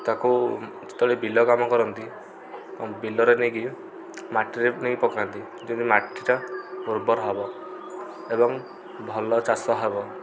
ତାକୁ ଯେତେବେଳେ ବିଲ କାମ କରନ୍ତି ବିଲରେ ନେଇକି ମାଟିରେ ନେଇକି ପକାନ୍ତି ଯେମିତି ମାଟିଟା ଉର୍ବର ହବ ଏବଂ ଭଲ ଚାଷ ହେବ